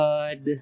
God